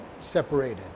separated